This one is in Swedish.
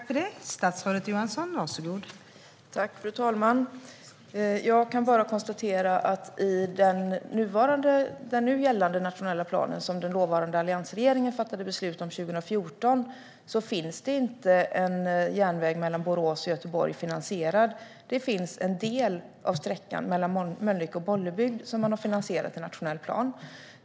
Fru talman! Jag kan bara konstatera att i den nu gällande nationella planen som den dåvarande alliansregeringen fattade beslut om 2014 finns det inte en järnväg mellan Borås och Göteborg finansierad. En del av sträckan, mellan Mölnlycke och Bollebygd, är finansierad i nationell plan.